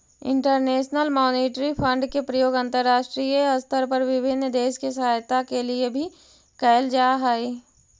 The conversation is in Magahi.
इंटरनेशनल मॉनिटरी फंड के प्रयोग अंतरराष्ट्रीय स्तर पर विभिन्न देश के सहायता के लिए भी कैल जा हई